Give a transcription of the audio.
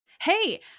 Hey